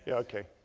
yeah ok.